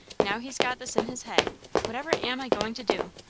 now he's got this in his head whatever am i going to do